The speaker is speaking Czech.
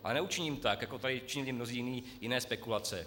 Ale neučiním tak, jako tady činí mnozí jiní jiné spekulace.